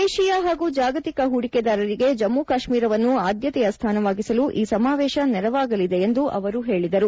ದೇಶೀಯ ಹಾಗೂ ಜಾಗತಿಕ ಹೂಡಿಕೆದಾರರಿಗೆ ಜಮ್ಮು ಕಾಶ್ಮೀರವನ್ನು ಆದ್ಯತೆಯ ಸ್ವಾನವಾಗಿಸಲು ಈ ಸಮಾವೇಶ ನೆರವಾಗಲಿದೆ ಎಂದು ಅವರು ತಿಳಿಸಿದರು